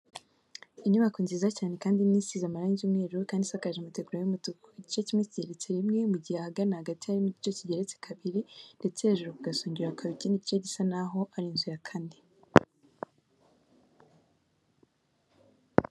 Inyubako nziza cyane kandi nini isize amarange y'umweru kandi isakaje amategura y'umutuku, igice kimwe kigeretse rimwe mu giha ahagana hagati harimo igice kigeretse kabiri ndetse hejuru ku gasongro hakabaho ikindi gice gisa naho ari inzu ya kane.